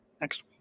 next